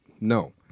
no